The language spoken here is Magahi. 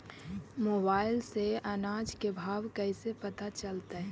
मोबाईल से अनाज के भाव कैसे पता चलतै?